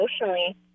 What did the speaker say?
emotionally